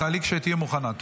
תעלי כשתהיי מוכנה.